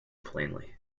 plainly